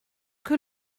que